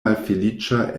malfeliĉa